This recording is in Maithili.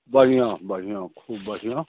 बढ़िआँ बढ़िआँ खूब बढ़िआँ